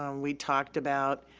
um we talked about,